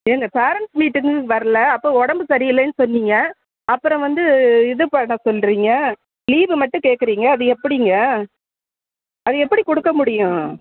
ஏங்க parents meeting வரல அப்போது உடம்பு சரியில்லைன்னு சொன்னீங்க அப்புறம் வந்து இது பண்ண சொல்கிறிங்க லீவு மட்டும் கேட்கறீங்க அது எப்படிங்க அது எப்படி கொடுக்க முடியும்